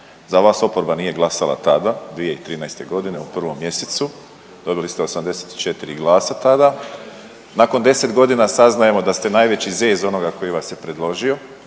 Za vas oporba nije glasala tada 2013. godine u prvom mjesecu dobili ste 84 glasa tada. Nakon 10 godina saznajemo da ste najveći Z iz onoga koji vas je predložio